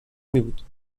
میبود